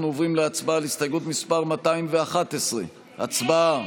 אנחנו עוברים להסתייגות 113, הצבעה.